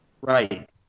Right